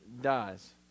dies